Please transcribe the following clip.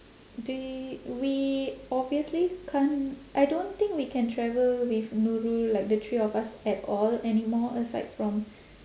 d~ we obviously can't I don't think we can travel with nurul like the three of us at all anymore aside from